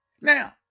Now